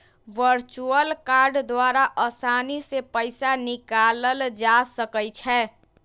virtual card द्वारा असानी से पइसा निकालल जा सकइ छै